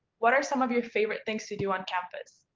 what are some of your favourite things to do on campus?